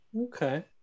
okay